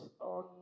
on